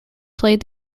played